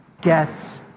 get